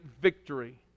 victory